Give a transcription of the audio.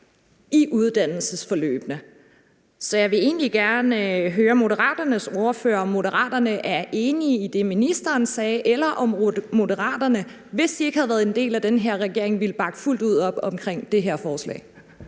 i uddannelsesforløbene. Så jeg vil egentlig gerne høre Moderaternes ordfører, om Moderaterne er enige i det, ministeren sagde, eller om Moderaterne, hvis de ikke havde været en del af den her regering, ville bakke fuldt ud op omkring det her forslag.